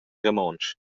romontsch